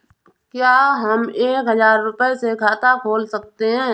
क्या हम एक हजार रुपये से खाता खोल सकते हैं?